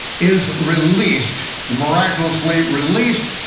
is released, miraculously, released,